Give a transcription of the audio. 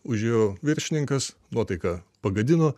užėjo viršininkas nuotaiką pagadino